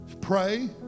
pray